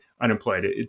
unemployed